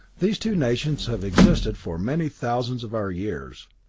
these two nations have existed for many thousands of our years.